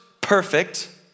perfect